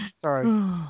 sorry